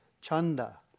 chanda